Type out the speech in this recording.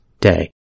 day